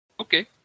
Okay